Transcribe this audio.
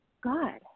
god